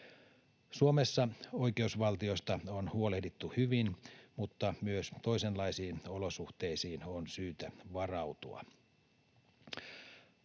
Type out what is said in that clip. Suomessa oikeusvaltiosta on huolehdittu hyvin, mutta myös toisenlaisiin olosuhteisiin on syytä varautua.